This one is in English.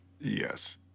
Yes